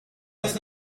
das